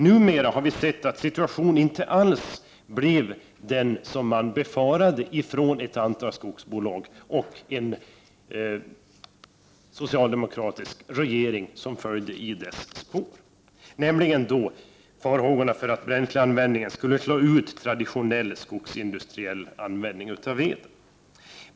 Numera har vi sett att situationen inte alls blev den som befarades av ett antal skogsbolag och en socialdemokratisk regering som följde i deras spår, nämligen att bränsleanvändningen skulle slå ut traditionell skogsindustriell användning av veden.